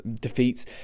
defeats